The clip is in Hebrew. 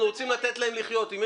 אנחנו רוצים לתת להם לחיות.